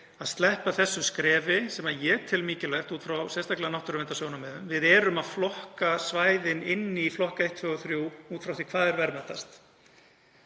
að sleppa þessu skrefi sem ég tel mikilvægt, sérstaklega út frá náttúruverndarsjónarmiðum. Við erum að flokka svæðin í flokk 1, 2 og 3 út frá því hvað er verðmætast.